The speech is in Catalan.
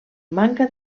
manca